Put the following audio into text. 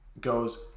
goes